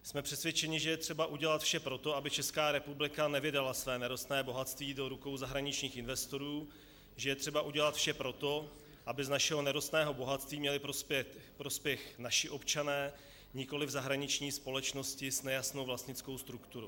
Jsme přesvědčeni, že je třeba udělat vše pro to, aby ČR nevydala své nerostné bohatství do rukou zahraničních investorů, že je třeba udělat vše pro to, aby z našeho nerostného bohatství měli prospěch naši občané, nikoliv zahraniční společnosti s nejasnou vlastnickou strukturou.